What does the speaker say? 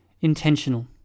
Intentional